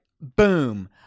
boom